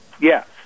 yes